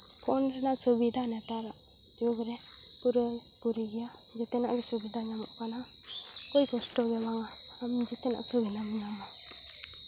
online ᱥᱩᱵᱤᱫᱟ ᱱᱮᱛᱟᱨᱟᱜ ᱡᱩᱜᱽ ᱨᱮ ᱯᱩᱨᱟᱹᱼᱯᱩᱨᱤ ᱜᱮᱭᱟ ᱡᱮᱛᱮᱱᱟᱜ ᱜᱮ ᱥᱩᱵᱤᱫᱟ ᱧᱟᱢᱚᱜ ᱠᱟᱱᱟ ᱠᱳᱭ ᱠᱚᱥᱴᱚ ᱵᱟᱹᱱᱩᱜᱼᱟ ᱟᱢ ᱡᱚᱛᱚᱱᱟᱜ ᱜᱮ ᱚᱱᱞᱟᱭᱤᱱᱮᱢ ᱧᱟᱢᱟ